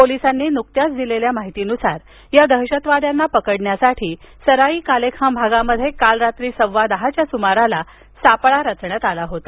पोलिसांनी दिलेल्या माहितीनुसार या दहशतवाद्यांना पकडण्यासाठी सराई काले खान भागात काल रात्री सव्वादहाच्या सुमारास सापळा रचण्यात आला होता